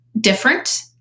different